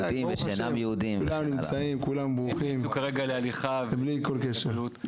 כולם נמצאים, כולם ברוכים, ובלי כל קשר.